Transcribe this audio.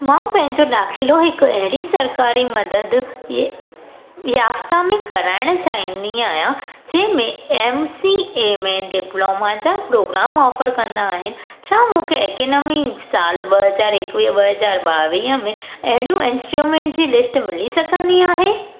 मां पंहिंजो दाख़िलो हिकु अहिड़ी सरकारी मदद ये याफ्ता में कराइणु चाहींदी आहियां जंहिंमें एम सी ए में डिप्लोमा जा प्रोग्राम ऑफर कंदा आहिनि छा मूंखे एकेनमी सालु ॿ हज़ार एकवीह ॿ हज़ार ॿावीह में अहिड़ियूं इंस्ट्रूमेंट जी लिस्ट मिली सघंदी आहे